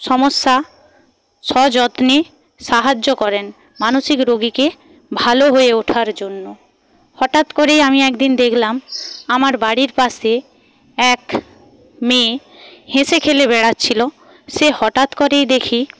সমস্যা সযত্নে সাহায্য করেন মানসিক রোগীকে ভালো হয়ে ওঠার জন্য হঠাৎ করেই আমি একদিন দেখলাম আমার বাড়ির পাশে এক মেয়ে হেসে খেলে বেড়াচ্ছিলো সে হঠাৎ করেই দেখি